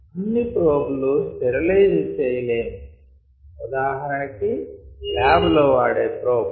అన్ని ప్రోబ్ లు sterilise చేయలేము ఉదాహరణ కి ల్యాబ్ లో వాడే ప్రోబ్